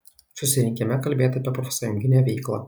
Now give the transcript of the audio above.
susirinkime kalbėta apie profsąjunginę veiklą